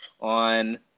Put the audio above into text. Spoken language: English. on